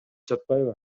жатпайбы